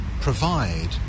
provide